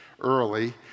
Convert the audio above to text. early